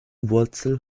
wurzel